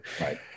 right